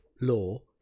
law